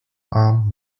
armed